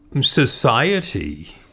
Society